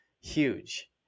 Huge